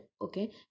okay